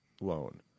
Loan